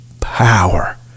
power